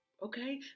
Okay